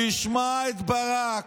תשמע את ברק,